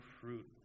fruit